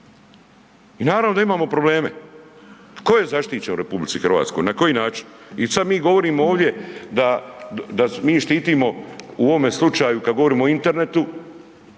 I naravno da imamo probleme. Tko je zaštićen u RH, na koji način? I sad mi govorimo ovdje da, da mi štitimo u ovome slučaju kad govorimo o internetu,